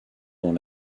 dans